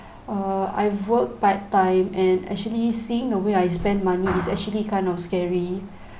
err I've work part time and actually seeing the way I spend money is actually kind of scary